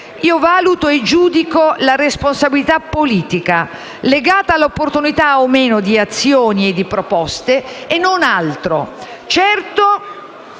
Io valuto e giudico la responsabilità politica legata all'opportunità o meno di azioni e proposte e non altro. Certo,